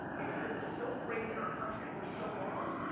it's been so great in our country for so long,